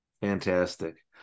Fantastic